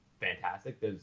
fantastic